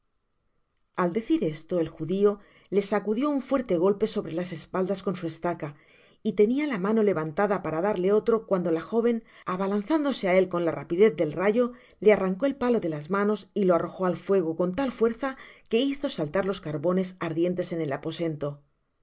al decir esto el judio le sacudió un fuerte golpe sobre las espaldas con su estaca y tenia la mano levantada para darle otro cuando la joven avalanzándose á él con la rapidez del rayo le arrancó el palo de las manos y lo arrojo al fuego con tal fuerza que hizo saltar los carbones ardientes en el aposento